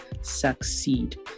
succeed